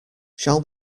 shall